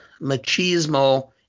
machismo